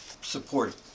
support